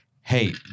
Hey